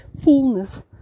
fullness